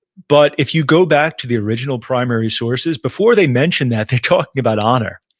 but if you go back to the original primary sources, before they mention that, they talk about honor.